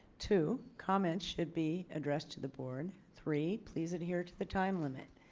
two comment should be addressed to the board. three please adhere to the time limit.